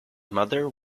mother